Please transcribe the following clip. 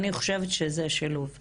אני חושבת שזה שילוב.